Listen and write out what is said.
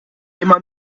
immer